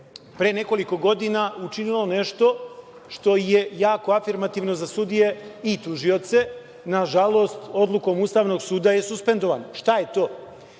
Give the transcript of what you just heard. pre nekoliko godina učinilo nešto što je jako afirmativno za sudije i tužioce, nažalost, odlukom Ustavnog suda je suspendovano. Šta je to?